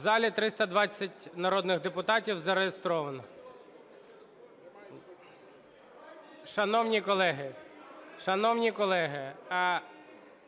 В залі 320 народних депутатів зареєстровано. Шановні колеги! Шановні колеги,